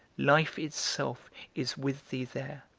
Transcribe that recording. life itself is with thee there,